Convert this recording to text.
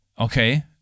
okay